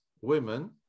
women